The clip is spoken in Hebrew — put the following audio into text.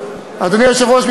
אדוני היושב-ראש,